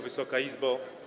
Wysoka Izbo!